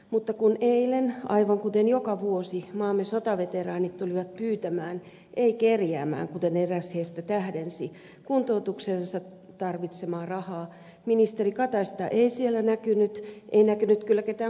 mutta kun eilen aivan kuten joka vuosi maamme sotaveteraanit tulivat pyytämään ei kerjäämään kuten eräs heistä tähdensi kuntoutukseensa tarvitsemaa rahaa ministeri kataista ei siellä näkynyt ei näkynyt kyllä ketään muutakaan ministeriä